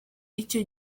icyo